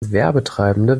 werbetreibende